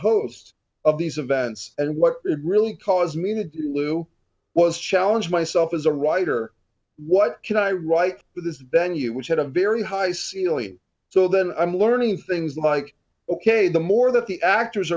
host of these events and what it really caused me to do lou was challenge myself as a writer what can i write this venue which had a very high so then i'm learning things like ok the more that the actors